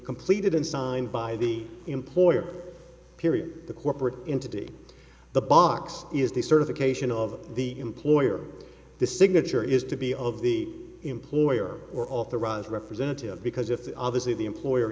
completed and signed by the employer period the corporate entity the box is the certification of the employer the signature is to be of the employer or authorized representative because if obviously the employer